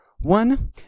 one